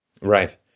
Right